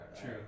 True